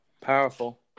Powerful